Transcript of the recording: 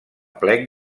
plec